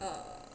uh